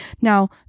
now